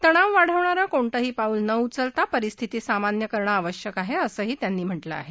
तणाव वाढवणारं कोणतंही पाऊल न उचलता परिस्थिती सामान्य करणं आवश्यक आहा असंही त्यांनी म्हटलंय